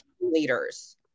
leaders